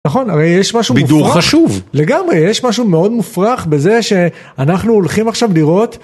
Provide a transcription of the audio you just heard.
יש משהו חשוב לגמרי יש משהו מאוד מופרך בזה שאנחנו הולכים עכשיו לראות.